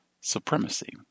supremacy